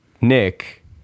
Nick